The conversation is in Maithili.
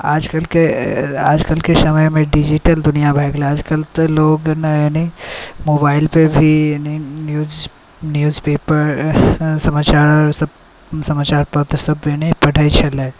आजकलके आजकलके समयमे डिजिटल दुनिआ भऽ गेलै आजकल तऽ लोग यानी मोबाइलपर भी यानी न्यूज न्यूज पेपर समाचारसब समाचार पत्रसब यानी पढ़ै छलै